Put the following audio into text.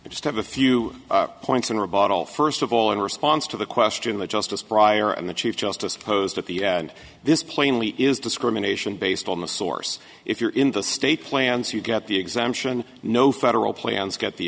i just have a few points and rebottle first of all in response to the question of justice pryor and the chief justice posed at the end this plainly is discrimination based on the source if you're in the state plans you get the exemption no federal plans get the